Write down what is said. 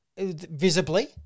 Visibly